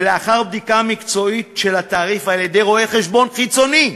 ולאחר בדיקה מקצועית של התעריף על-ידי רואה-חשבון חיצוני,